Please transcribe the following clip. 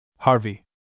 Harvey